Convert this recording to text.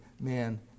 man